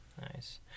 Nice